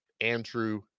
Andrew